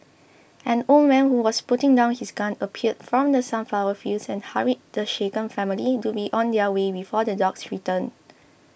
an old man who was putting down his gun appeared from the sunflower fields and hurried the shaken family to be on their way before the dogs return